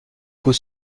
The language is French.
coup